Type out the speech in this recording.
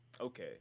okay